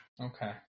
Okay